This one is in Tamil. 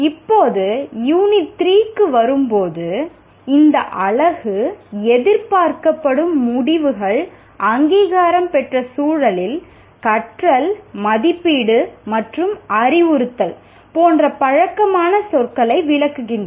இப்போது யூனிட் 3 க்கு வரும்போது இந்த அலகு எதிர்பார்க்கப்படும் முடிவுகள் அங்கீகாரம் பெற்ற சூழலில் கற்றல் மதிப்பீடு மற்றும் அறிவுறுத்தல் போன்ற பழக்கமான சொற்களை விளக்குகின்றன